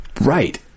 Right